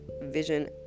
vision